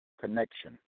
Connection